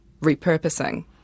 repurposing